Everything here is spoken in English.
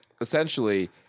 essentially